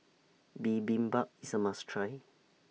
Bibimbap IS A must Try